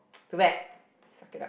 too bad suck it up